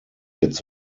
jetzt